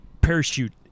parachute